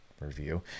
review